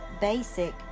basic